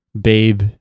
babe